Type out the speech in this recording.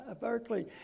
Berkeley